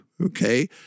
okay